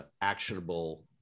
actionable